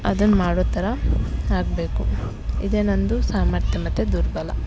ಅದನ್ನು ಮಾಡೋಥರ ಆಗಬೇಕು ಇದೆ ನಂದು ಸಾಮರ್ಥ್ಯ ಮತ್ತು ದುರ್ಬಲ